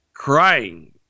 Crying